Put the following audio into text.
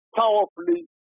powerfully